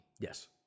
Yes